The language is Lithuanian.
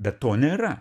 bet to nėra